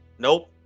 nope